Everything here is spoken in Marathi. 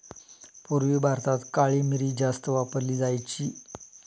पूर्वी भारतात काळी मिरी जास्त वापरली जायची